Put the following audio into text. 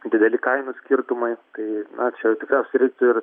dideli kainų skirtumai tai na čia tikriausiai reiktų ir